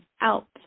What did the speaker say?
out